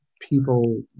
people